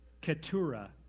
Keturah